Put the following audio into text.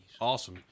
Awesome